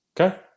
okay